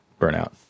burnout